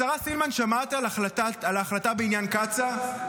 השרה סילמן, שמעת על ההחלטה בעניין קצא"א?